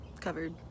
covered